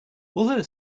although